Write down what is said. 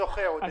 יש